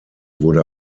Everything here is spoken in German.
wurde